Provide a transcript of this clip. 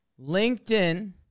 LinkedIn